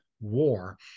war